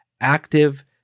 active